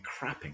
crapping